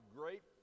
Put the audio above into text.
great